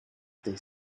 they